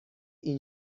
این